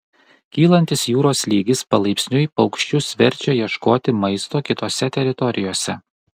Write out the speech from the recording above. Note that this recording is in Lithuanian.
kylantis jūros lygis palaipsniui paukščius verčia ieškoti maisto kitose teritorijose